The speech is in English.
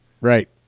Right